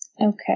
Okay